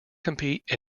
compete